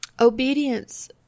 obedience